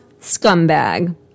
scumbag